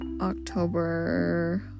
October